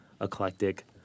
eclectic